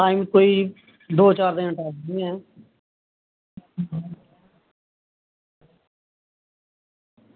time कोई दो चार दिन पैह्लें ऐ